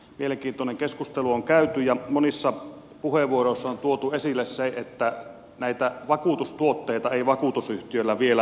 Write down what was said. mielenkiintoinen keskustelu on käyty ja monissa puheenvuoroissa on tuotu esille se että näitä vakuutustuotteita ei vakuutusyhtiöillä vielä ole